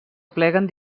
apleguen